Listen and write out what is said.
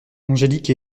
angélique